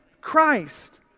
Christ